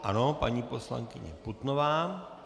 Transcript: Ano, paní poslankyně Putnová.